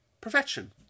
perfection